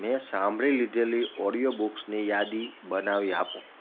મેં સાંભળી લીધેલી ઓડિયો બુક્સની યાદી બનાવી આપો